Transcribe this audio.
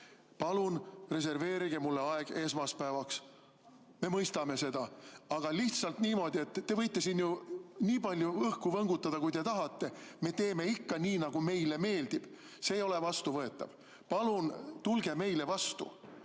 Palun reserveerige aeg esmaspäevaks! Me mõistame seda. Aga lihtsalt niimoodi, et te võite siin ju nii palju õhku võngutada, kui te tahate, me teeme ikka nii, nagu meile meeldib – see ei ole vastuvõetav. Palun tulge meile vastu!